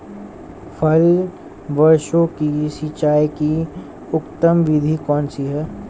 फल वृक्षों की सिंचाई की उत्तम विधि कौन सी है?